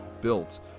built